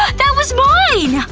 but that was mine!